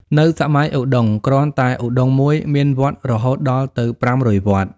នៅសម័យឧត្តុង្គ គ្រាន់តែឧត្តុង្គមួយ មានវត្តរហូតដល់ទៅ ៥០០វត្ត ។